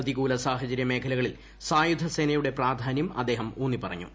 പ്രതികൂല സാഹചര്യ മേഖലകളിൽ സായുധ സേനയുടെ പ്രാധാന്യം അദ്ദേഹം ഊന്നിപ്പറഞ്ഞു